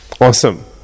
Awesome